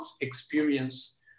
experience